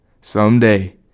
someday